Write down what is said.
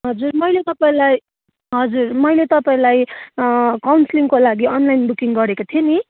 हजुर मैले तपाईँलाई हजुर मैले तपाईँलाई काउन्सिलिङको लागि अनलाइन बुकिङ गरेको थिएँ नि